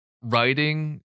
writing